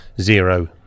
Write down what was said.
zero